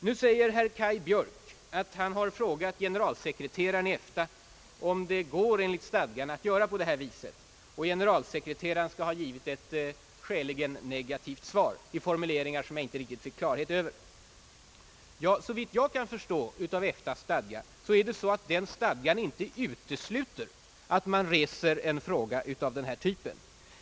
Nu säger herr Björk att han har frågat generalsekreteraren i EFTA om det enligt stadgarna går att göra på det sättet. Generalsekreteraren skall ha givit ett skäligen negativt svar, i formuleringar som jag inte riktigt fick klarhet över. Såvitt jag kan förstå av EFTA:s stadgar utesluter de inte att man reser en fråga av denna typ.